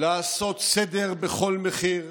לעשות סדר בכל מחיר,